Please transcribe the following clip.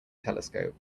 telescope